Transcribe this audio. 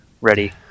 ready